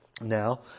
now